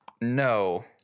No